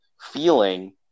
feeling